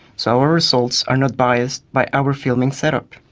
so our results are not biased by our filming set-up.